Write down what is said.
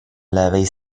l’avait